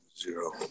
Zero